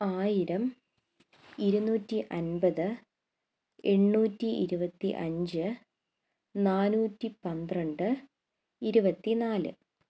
ആയിരം ഇരുനൂറ്റി അൻപത് എണ്ണൂറ്റി ഇരുപത്തി അഞ്ച് നാനൂറ്റി പന്ത്രണ്ട് ഇരുപത്തി നാല്